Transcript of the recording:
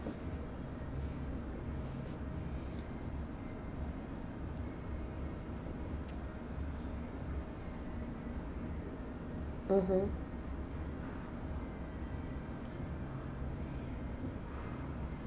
mmhmm